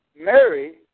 Mary